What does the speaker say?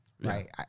Right